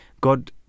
God